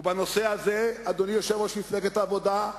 ובנושא הזה, אדוני יושב-ראש מפלגת העבודה,